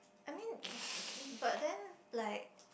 I mean but then like